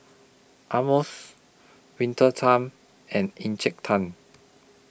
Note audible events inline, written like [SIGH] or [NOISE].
[UNINTELLIGIBLE] Winter Time and Encik Tan